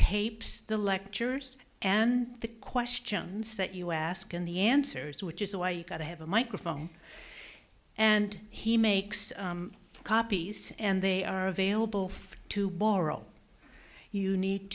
tapes the lectures and the questions that us can the answers which is why you got to have a microphone and he makes copies and they are available to boral you need